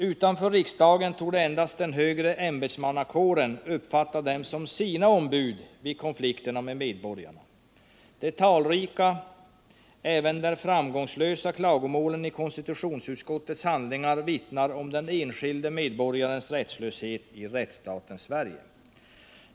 Utanför riksdagen torde endast den högre ämbetsmannakåren uppfatta dem som sina ombud vid konflikterna med medborgarna. De talrika, även där framgångslösa, klagomålen i konstitutionsutskottets handlingar vittnar om den enskilde medborgarens rättslöshet i ”rättsstaten” Sverige.